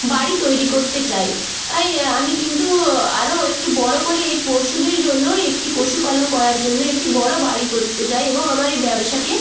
বাড়ি তৈরি করতে চাই আই আমি কিন্তু আরও একটু বড়ো করে এই পশুদের জন্যই একটি পশু পালন করার জন্য একটি বড়ো বাড়ি করতে চাই এবং আমার এই ব্যবসাকে